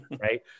right